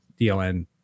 DLN